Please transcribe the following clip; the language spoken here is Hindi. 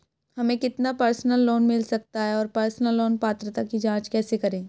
हमें कितना पर्सनल लोन मिल सकता है और पर्सनल लोन पात्रता की जांच कैसे करें?